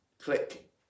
click